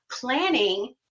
planning